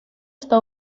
está